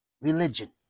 Religion